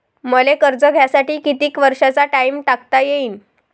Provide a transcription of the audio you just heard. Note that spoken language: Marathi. मले कर्ज घ्यासाठी कितीक वर्षाचा टाइम टाकता येईन?